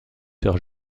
sir